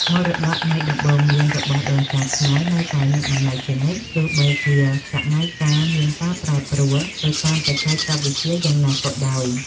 មរតកនៃដំបូន្មានរបស់ដូនតាខ្មែរនៅតែមានតម្លៃជានិច្ចទោះបីជាសម័យកាលមានការប្រែប្រួលទៅតាមបច្ចេកវិទ្យាយ៉ាងណាក៏ដោយ។